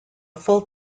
full